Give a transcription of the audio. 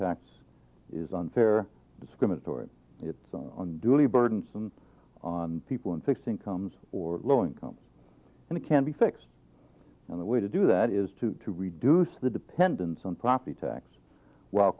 tax is unfair discriminatory it's on duly burdensome on people in fixing comes or low incomes and it can be fixed and the way to do that is to reduce the dependence on property tax while